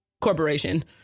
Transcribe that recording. corporation